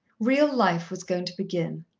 real life was going to begin,